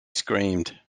screamed